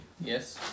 Yes